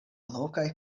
lokaj